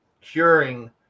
curing